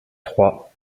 trois